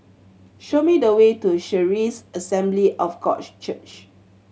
show me the way to Charis Assembly of God Church